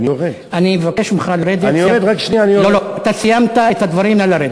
סיימת את הדברים, נא לרדת.